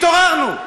התעוררנו.